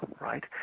right